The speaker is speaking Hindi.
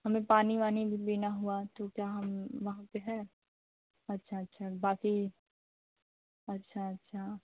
हमें पानी वानी भी पीना हुआ तो क्या हम वहाँ पर है अच्छा अच्छा बाकि अच्छा अच्छा